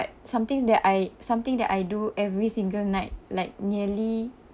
something that I something that I do every single night like nearly